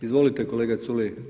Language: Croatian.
Izvolite kolega Culej.